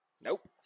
Nope